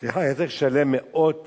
היה צריך לשלם מאות